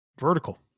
Vertical